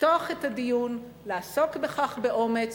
לפתוח את הדיון, לעסוק בכך באומץ,